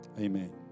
Amen